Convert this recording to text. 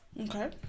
Okay